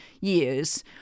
years